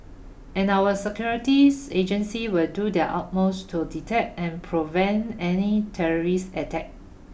and our securities agencies will do their utmost to detect and prevent any terrorist attack